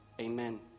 Amen